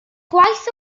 gwaith